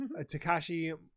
takashi